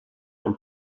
und